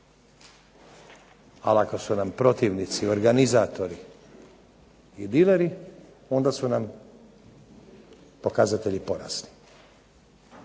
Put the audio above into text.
Ali ako su nam protivnici organizatori i dileri, onda su nam pokazatelji porazni.